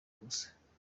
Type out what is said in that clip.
gusa